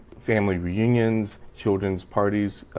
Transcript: family reunions, children's parties